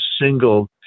single